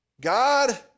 God